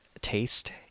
taste